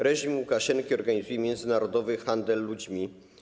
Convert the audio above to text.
Reżim Łukaszenki organizuje międzynarodowy handel ludźmi.